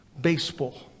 baseball